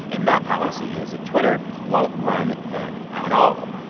and that policy is that twitter won't run them at all.